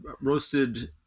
roasted